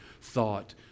thought